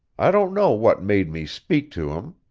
i don't know what made me speak to him.